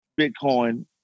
Bitcoin